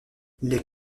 les